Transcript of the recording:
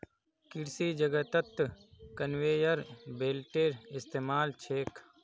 कृषि जगतत कन्वेयर बेल्टेर इस्तमाल छेक